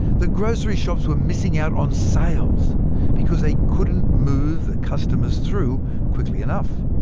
the grocery shops were missing out on sales because they couldn't move the customers through quickly enough.